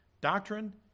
doctrine